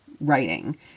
writing